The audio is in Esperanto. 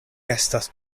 estas